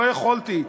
לא יכולתי.